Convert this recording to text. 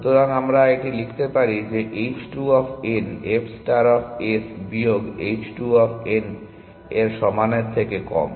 সুতরাং আমরা এটি লিখতে পারি যে h 2 of n f star of s বিয়োগ g 2 অফ n এর সমানের থেকে কম